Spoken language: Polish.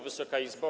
Wysoka Izbo!